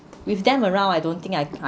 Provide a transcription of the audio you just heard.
with them around I don't think I